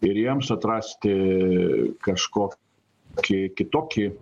ir jiems atrasti kažkokį kitokį